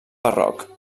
barroc